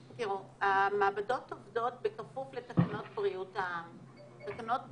המעבדות עובדות בכפוף לתקנות בריאות העם,